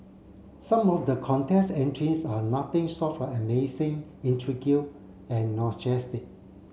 some of the contest entries are nothing short of amazing and